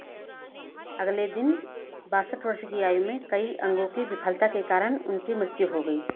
अगले दिन बासठ वर्ष की आयु में कई अंगों की विफलता के कारण उनकी मृत्यु हो गई